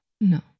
No